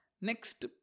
Next